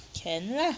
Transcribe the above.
can lah